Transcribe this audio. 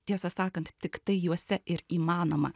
tiesą sakant tiktai juose ir įmanoma